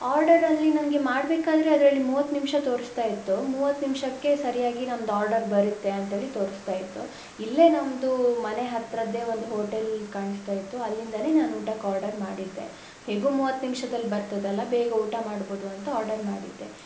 ಆರ್ಡರಲ್ಲಿ ನನಗೆ ಮಾಡಬೇಕಾದ್ರೆ ಅದರಲ್ಲಿ ಮೂವತ್ತು ನಿಮಿಷ ತೋರಿಸ್ತಾ ಇತ್ತು ಮೂವತ್ತು ನಿಮಿಷಕ್ಕೆ ಸರಿಯಾಗಿ ನಮ್ದು ಆರ್ಡರ್ ಬರುತ್ತೆ ಅಂತ ಹೇಳಿ ತೋರಿಸ್ತಾ ಇತ್ತು ಇಲ್ಲೇ ನಮ್ಮದು ಮನೆ ಹತ್ತಿರದ್ದೇ ಒಂದು ಹೋಟೆಲ್ ಕಾಣಿಸ್ತಾ ಇತ್ತು ಅಲ್ಲಿಂದಾನೆ ನಾನು ಊಟಕ್ಕೆ ಆರ್ಡರ್ ಮಾಡಿದ್ದೆ ಹೇಗೂ ಮೂವತ್ತು ನಿಮ್ಷದಲ್ಲಿ ಬರ್ತದಲ್ಲ ಬೇಗ ಊಟ ಮಾಡ್ಬೌದು ಅಂತ ಆರ್ಡರ್ ಮಾಡಿದ್ದೆ